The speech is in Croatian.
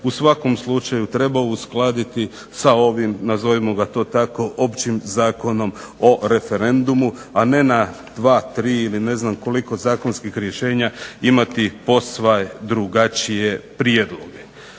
u svakom slučaju trebao uskladiti sa ovim nazovimo to tako općim Zakonom o referendumu, a ne na 2, 3 ili ne znam koliko zakonskih rješenja imati posve drugačije prijedloge.